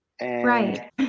Right